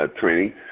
training